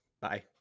Bye